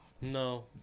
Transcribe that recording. No